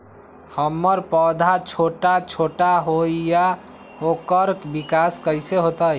हमर पौधा छोटा छोटा होईया ओकर विकास कईसे होतई?